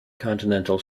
continental